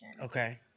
Okay